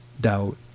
doubt